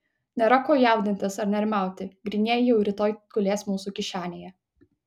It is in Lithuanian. nėra ko jaudintis ar nerimauti grynieji jau rytoj gulės mūsų kišenėje